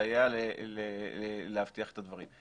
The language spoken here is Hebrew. לסייע להבטחת הדברים.